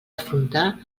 afrontar